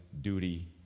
Duty